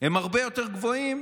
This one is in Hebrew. הם הרבה יותר גבוהים